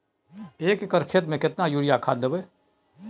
एक एकर खेत मे केतना यूरिया खाद दैबे?